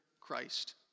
Christ